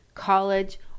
college